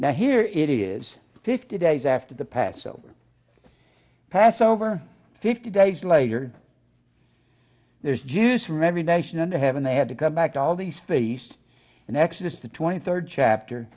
here it is fifty days after the passover passover fifty days later there's jews from every nation under heaven they had to come back all these feasts and exodus the twenty third chapter